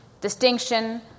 distinction